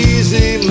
Easy